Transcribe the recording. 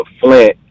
Flint